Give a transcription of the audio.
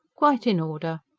quite in order!